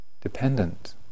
dependent